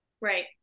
Right